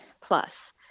plus